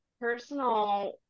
personal